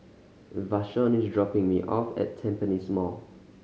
Vashon is dropping me off at Tampines Mall